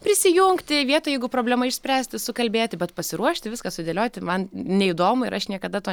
prisijungti vietoj jeigu problema išspręsti sukalbėti bet pasiruošti viską sudėlioti man neįdomu ir aš niekada to